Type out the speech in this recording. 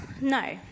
No